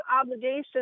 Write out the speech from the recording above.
obligation